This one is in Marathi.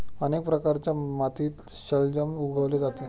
अनेक प्रकारच्या मातीत शलजम उगवले जाते